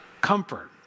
comfort